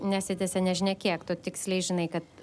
nesitęsia nežinia kiek tu tiksliai žinai kad